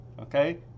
Okay